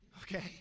okay